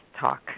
talk